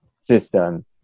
system